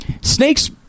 Snakes